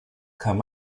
kam